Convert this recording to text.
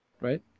right